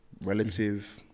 relative